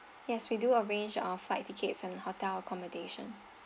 yes we do arrange ah flight tickets and hotel accommodation